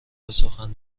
بسخن